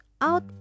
out